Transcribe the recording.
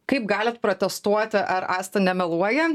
kaip galit protestuoti ar asta nemeluoja